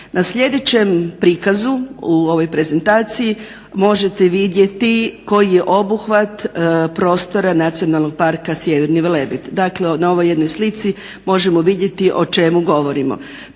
Na sljedećem prikazu u ovoj prezentaciji možete vidjeti koji je obuhvat prostora Nacionalnog parka Sjeverni Velebit. Dakle na ovoj jednoj slici možemo vidjeti o čemu govorimo,